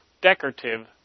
decorative